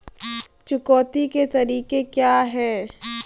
चुकौती के तरीके क्या हैं?